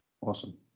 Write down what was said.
Awesome